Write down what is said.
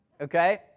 Okay